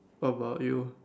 what about you